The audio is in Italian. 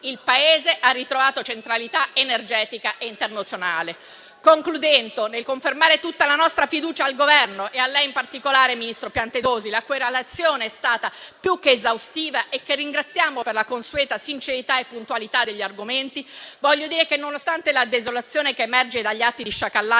il Paese ha ritrovato centralità energetica e internazionale. Concludendo, nel confermare tutta la nostra fiducia al Governo e a lei in particolare, ministro Piantedosi, la cui relazione è stata più che esaustiva e che ringraziamo per la consueta sincerità e puntualità degli argomenti, voglio dire che, nonostante la desolazione che emerge dagli atti di sciacallaggio